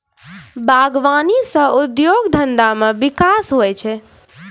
बागवानी से उद्योग धंधा मे बिकास हुवै छै